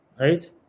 right